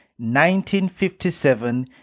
1957